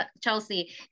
Chelsea